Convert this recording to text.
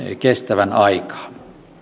kestävän aikaa